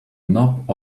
knob